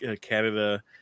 Canada